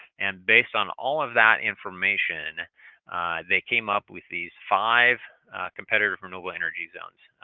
and based on all of that information they came up with these five competitive renewable energy zones,